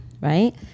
Right